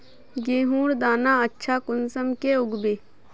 गेहूँर दाना अच्छा कुंसम के उगबे?